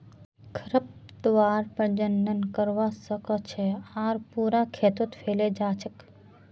खरपतवार प्रजनन करवा स ख छ आर पूरा खेतत फैले जा छेक